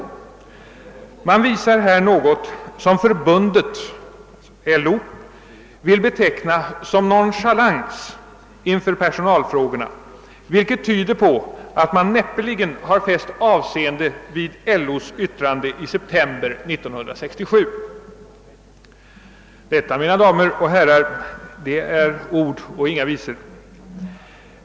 Man visar något som förbundet vill beteckna som nonchalans inför personalfrågorna vilket tyder på att man näppeligen har fäst avseende vid LO yttrande i september 1967.» Detta, mina damer och herrar, är ord och inga visor.